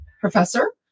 professor